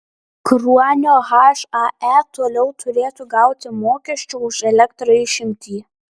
kruonio hae toliau turėtų gauti mokesčio už elektrą išimtį